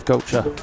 Culture